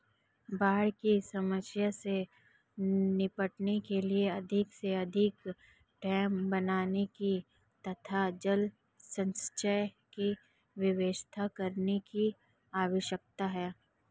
बाढ़ की समस्या से निपटने के लिए अधिक से अधिक डेम बनाने की तथा जल संचय की व्यवस्था करने की आवश्यकता है